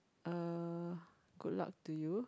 uh good luck to you